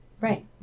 Right